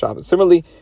Similarly